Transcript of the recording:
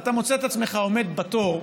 ואתה מוצא את עצמך עומד בתור.